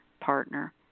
partner